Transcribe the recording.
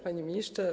Panie Ministrze!